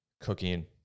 cooking